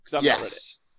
Yes